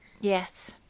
Yes